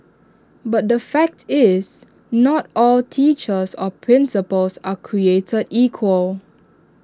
but the fact is not all teachers or principals are created equal